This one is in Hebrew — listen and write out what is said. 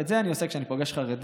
ואת זה אני עושה כשאני פוגש חרדי,